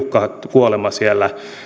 kuolema siellä